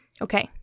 Okay